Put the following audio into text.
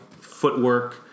footwork